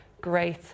great